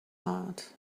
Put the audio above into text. heart